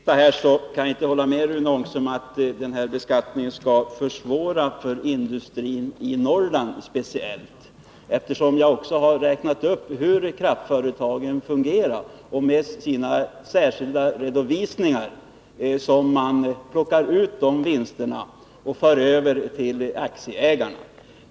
Herr talman! Jag kan inte hålla med Rune Ångström om att den här beskattningen skall försvåra speciellt för industrin i Norrland, eftersom jag har talat om hur kraftföretagen fungerar, hur de med hjälp av sina särskilda redovisningar plockar ut de här vinsterna och för över dem till aktieägarna.